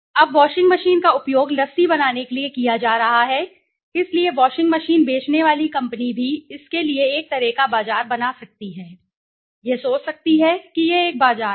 अब washing machine का उपयोग लस्सी बनाने के लिए किया जा रहा है इसलिए वाशिंग मशीन बेचने वाली कंपनी भी इसके लिए एक तरह का बाज़ार बना सकती है यह सोच सकती है कि यह एक बाज़ार है